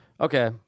Okay